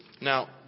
Now